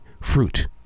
fruit